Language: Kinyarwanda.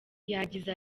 yagize